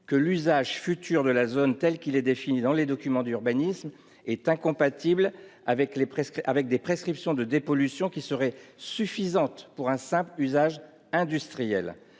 que l'usage futur de la zone, tel qu'il est défini dans les documents d'urbanisme, est incompatible avec des prescriptions de dépollution qui seraient suffisantes pour un simple usage industriel.